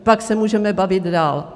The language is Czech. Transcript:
Pak se můžeme bavit dál.